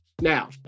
now